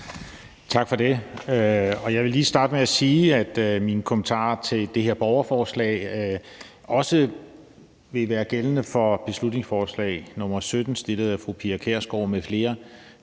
Tak for det. Jeg vil lige starte med at sige, at mine kommentarer til det her borgerforslag også vil være gældende for beslutningsforslag nr. B 17, fremsat af fru Pia Kjærsgaard m.fl.,